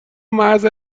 محض